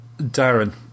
Darren